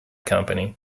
company